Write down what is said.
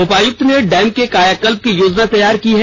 उपायुक्त ने डैम के कायाकल्प की योजना तैयार की है